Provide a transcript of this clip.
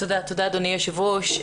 תודה, אדוני היושב-ראש.